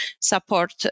support